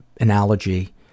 analogy